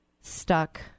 stuck